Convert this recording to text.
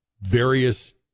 various